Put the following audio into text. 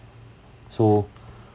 so